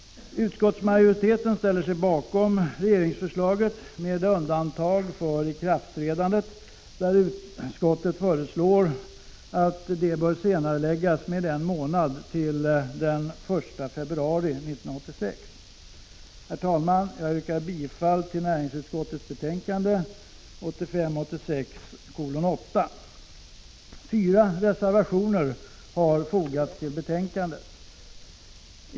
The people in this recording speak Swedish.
Utskottsmajoriteten ställer sig bakom regeringsförslaget med undantag för ikraftträdandet, där utskottet förslår att det bör senareläggas med en månad till den 1 februari 1986. Herr talman! Jag yrkar bifall till näringsutskottets hemställan i betänkandet 1985/86:8. Fyra reservationer har fogats till betänkandet.